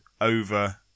over